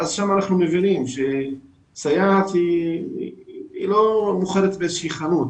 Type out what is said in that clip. אנחנו מבינים שסייעת היא לא מוכרת באיזשהו חנות,